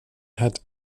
had